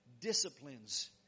disciplines